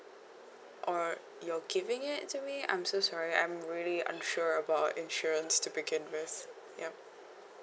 or you're giving it to me I'm so sorry I'm really unsure about insurance to begin with yup